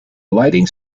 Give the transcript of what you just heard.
lighting